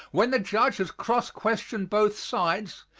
when the judge has cross-questioned both sides,